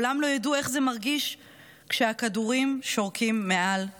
לעולם לא ידעו איך זה מרגיש כשהכדורים שורקים מעל ראשיהם.